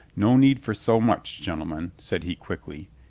no need for so much, gentlemen, said he quickly,